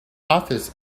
office